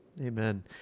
Amen